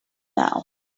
now